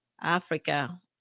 Africa